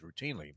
routinely